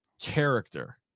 character